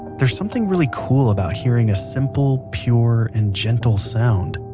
there's something really cool about hearing a simple, pure, and gentle sound,